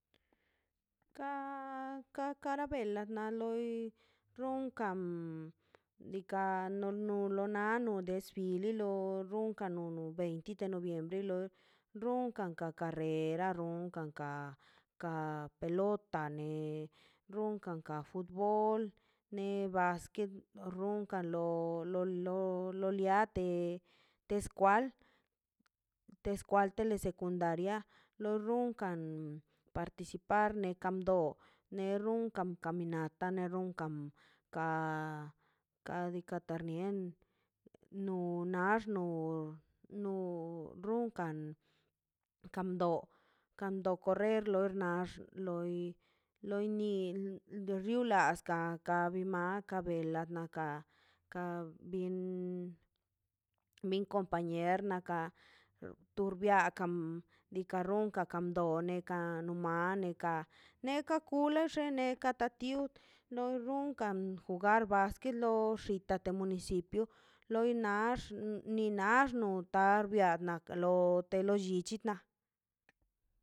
Ka karabela loi runkan ika lono lona no defile no runkan no veinte de noviembre loi runkan ka kar rera runkan ka ka pelot runkan ka futbol ne basquet runkan lo lo liate teskwal teskwal telesecundaria lo runkan participar lekandon le runkan kaminar ataner runkan kadika tarnien nu nax no no runkan kamdo kan do korrer nax loi loi ni ide riolaska ka bi ma kabe belad naka ka bin compañer nakan turbiekan diika runkan ka doneka numane ka neka kule xe neka ta tiu lo runkan ju garbasquet loi xitate municipio loi nax nni nax no lokatevio kane lo llichi na